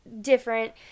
different